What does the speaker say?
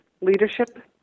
leadership